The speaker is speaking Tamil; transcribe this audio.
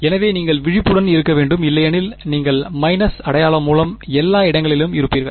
எனவே நீங்கள் விழிப்புடன் இருக்க வேண்டும் இல்லையெனில் நீங்கள் மைனஸ் அடையாளம் மூலம் எல்லா இடங்களிலும் இருப்பீர்கள்